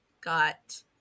got